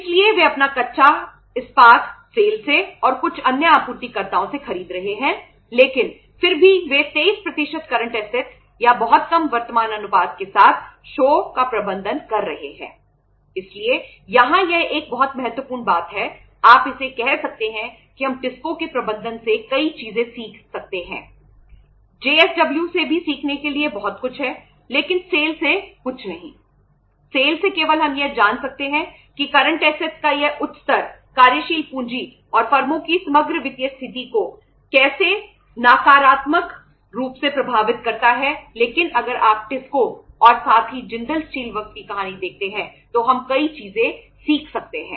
इसलिए यहाँ यह एक बहुत महत्वपूर्ण बात है आप इसे कह सकते हैं कि हम टिस्को की कहानी देखते हैं तो हम कई चीजें सीख सकते हैं